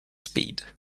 speed